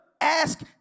ask